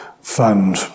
fund